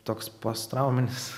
toks postrauminis